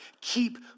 keep